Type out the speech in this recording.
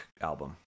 album